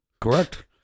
Correct